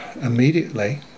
immediately